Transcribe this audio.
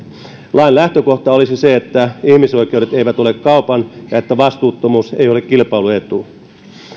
lain lähtökohta olisi se että ihmisoikeudet eivät ole kaupan ja vastuuttomuus ei ole kilpailuetu